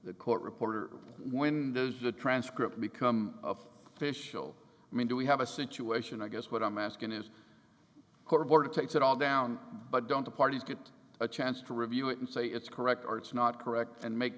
the court reporter when there's a transcript become of fishel i mean do we have a situation i guess what i'm asking is her board takes it all down but don't the parties get a chance to review it and say it's correct or it's not correct and make